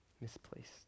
misplaced